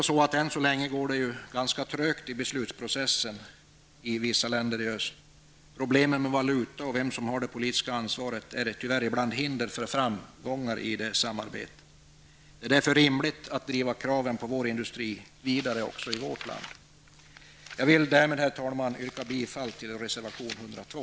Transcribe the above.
Än så länge går det ganska trögt i beslutsprocessen i vissa länder i öst. Problemen med valuta och vem som har det politiska ansvaret är tyvärr i bland hinder för framgångar i samarbetet. Det är därför rimligt att driva kraven på industrin vidare också i vårt land. Herr talman! Jag vill härmed yrka bifall till reservation 102.